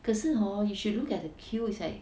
可是 hor you should look at the queue it's like